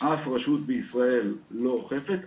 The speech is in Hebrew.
אף רשות בישראל לא אוכפת.